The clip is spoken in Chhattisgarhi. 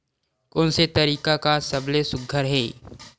कोन से तरीका का सबले सुघ्घर हे?